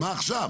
מה עכשיו?